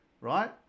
right